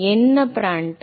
என்ன பிராண்டல்